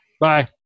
Bye